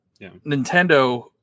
Nintendo